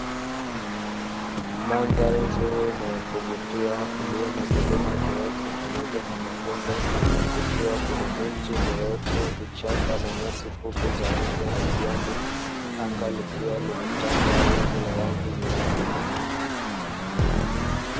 Mandhari nzuri na ya kuvutia iliyo na vilima virefu pamoja na mabonde, kukiwa kuna miti mirefu, vichaka, na nyasi fupi za rangi ya kijani, anga likiwa limetanda wingu la rangi nyeupe.